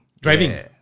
Driving